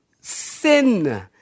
sin